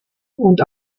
und